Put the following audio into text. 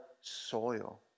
soil